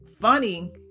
funny